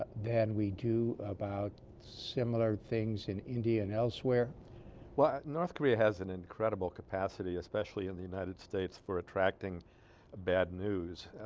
ah than we do about similar things in india and elsewhere well north korea has an incredible capacity especially in the united states for attracting the bad news